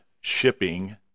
shipping